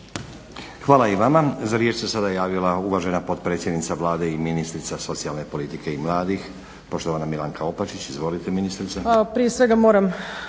Hvala i vama. Za riječ se sada javila uvažena potpredsjednica Vlade i ministra socijalne politike i mladih poštovana Milanka Opačić. Izvolite ministrice. **Opačić, Milanka